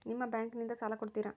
ನಿಮ್ಮ ಬ್ಯಾಂಕಿನಿಂದ ಸಾಲ ಕೊಡ್ತೇರಾ?